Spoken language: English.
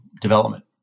development